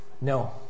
no